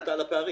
שאלת על הפערים.